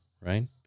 right